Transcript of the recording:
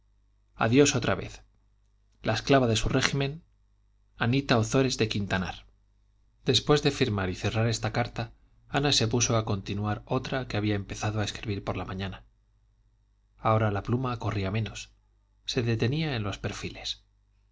adiós otra vez la esclava de su régimen q b s m anita ozores de quintanar después de firmar y cerrar esta carta ana se puso a continuar otra que había empezado a escribir por la mañana ahora la pluma corría menos se detenía en los perfiles